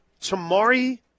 Tamari